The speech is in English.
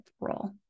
role